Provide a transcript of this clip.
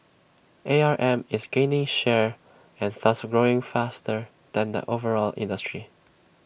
A R M is gaining share and thus grows faster than the overall industry